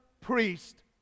priest